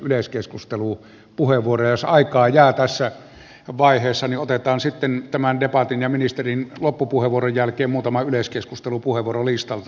jos aikaa jää tässä vaiheessa niin otetaan sitten tämän debatin ja ministerin loppupuheenvuoron jälkeen muutama yleiskeskustelupuheenvuoro listalta